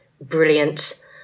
brilliant